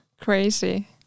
crazy